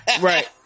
right